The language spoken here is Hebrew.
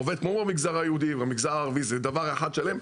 שעובד באותו אופן בשני המגזרים, זה דבר אחד שלם.